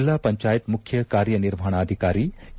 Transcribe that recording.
ಜಿಲ್ಲಾ ಪಂಚಾಯತ ಮುಖ್ಯ ಕಾರ್ಯನಿರ್ವಹಣಾಧಿಕಾರಿ ಕೆ